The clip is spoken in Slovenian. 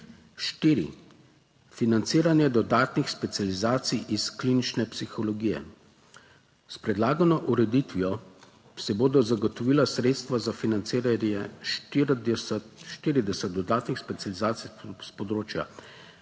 financiranje dodatnih specializacij iz klinične psihologije. S predlagano ureditvijo se bodo zagotovila sredstva za financiranje 40, 40 dodatnih specializacij s področja